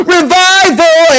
Revival